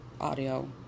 audio